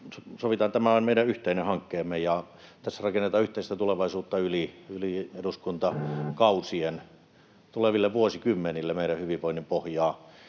tämä on meidän yhteinen hankkeemme. Tässä rakennetaan yhteistä tulevaisuutta yli eduskuntakausien — tuleville vuosikymmenille meidän hyvinvoinnin pohjaa